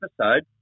episode